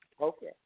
Okay